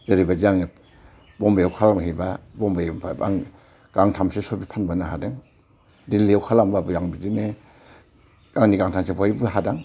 जेरैबायदि आङो बमबेयाव खालामहैब्ला बमबेनिफाय आं गांथामसो सबि फानबोनो हादों दिल्लीयाव खालामब्लाबो आं बिदिनो गांनै गांथामसो बहायबो हादां